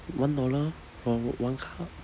one dollar for one cup